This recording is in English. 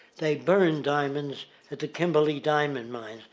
they burn diamonds at the kimberly diamond mine.